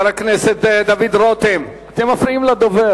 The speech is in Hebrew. חבר הכנסת דוד רותם, אתם מפריעים לדובר.